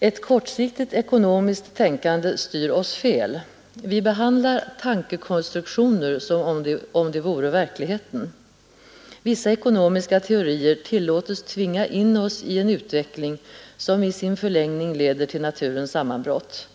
Ett kortsiktigt ekonomiskt tänkande styr oss fel. Vi behandlar tankekonstruktioner som om de vore verkligheten. Vissa ekonomiska teorier tillåtes tvinga in oss i en utveckling som i sin förlängning leder till naturens sammanbrott.